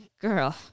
girl